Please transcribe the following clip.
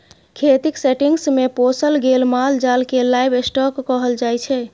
खेतीक सेटिंग्स मे पोसल गेल माल जाल केँ लाइव स्टाँक कहल जाइ छै